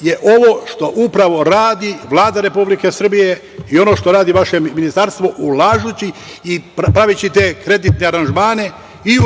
je ovo što upravo radi Vlada Republike Srbije i ono što radi vaše ministarstvo ulažući i praveći te kreditne aranžmane i u